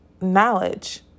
knowledge